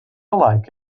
like